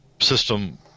system